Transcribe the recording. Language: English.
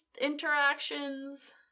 interactions